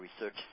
Research